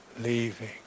leaving